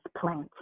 planted